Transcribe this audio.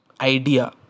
idea